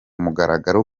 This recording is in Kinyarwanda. mugaragaro